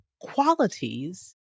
qualities